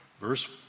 verse